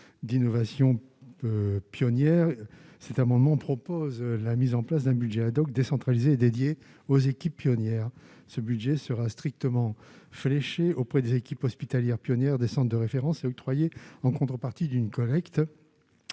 d'innovation peu pionnière c'est un amendement propose la mise en place d'un budget décentralisée dédiée aux équipes pionnières, ce budget sera strictement fléchés auprès des équipes hospitalières pionnière de référence est octroyée en contrepartie d'une collecte